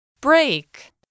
Break